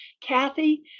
Kathy